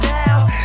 now